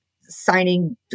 signing